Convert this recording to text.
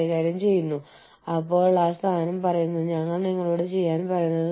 ലൈസൻസിംഗിലൂടെയും സബ് കോൺട്രാക്റ്റിംഗിലൂടെയും നിങ്ങൾക്ക് ഇത് ചെയ്യാൻ കഴിയും